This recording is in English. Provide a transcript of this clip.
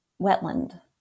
wetland